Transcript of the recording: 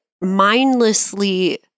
mindlessly